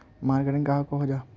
Marketing कहाक को जाहा?